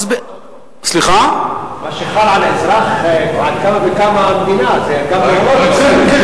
מה שחל על אזרח, על כמה וכמה, ברור.